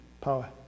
power